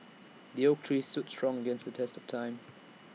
the oak tree stood strong against test of time